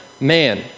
man